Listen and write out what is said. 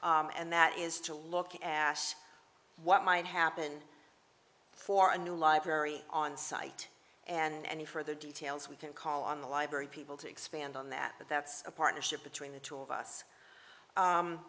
and that is to look at what might happen for a new library on site and further details we can call on the library people to expand on that but that's a partnership between the two of us